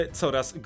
coraz